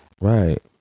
right